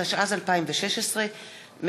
התשע"ז 2016,